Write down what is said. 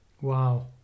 wow